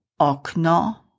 okno